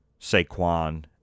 Saquon